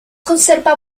conserva